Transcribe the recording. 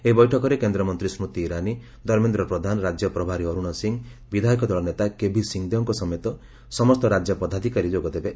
ଏହି ବୈଠକରେ କେନ୍ଦ୍ରମନ୍ତୀ ସ୍କୃତି ଇରାନୀ ଧର୍ମେନ୍ଦ୍ର ପ୍ରଧାନ ରାକ୍ୟ ପ୍ରଭାରୀ ଅରୁଣ ସିଂହ ବିଧାୟକ ଦଳ ନେତା କେଭି ସିଂହଦେଓଙ୍କ ସମେତ ସମସ୍ତ ରାଜ୍ୟ ପଦାଧିକାରୀ ଯୋଗ ଦେବେ